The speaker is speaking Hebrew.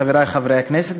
חברי חברי הכנסת,